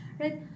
right